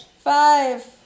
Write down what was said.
Five